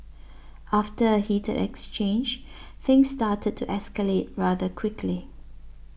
after a heated exchange things started to escalate rather quickly